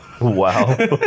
Wow